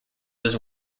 was